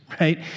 right